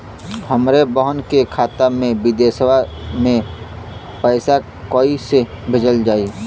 हमरे बहन के खाता मे विदेशवा मे पैसा कई से भेजल जाई?